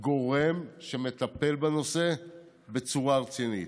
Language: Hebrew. גורם שמטפל בנושא בצורה רצינית.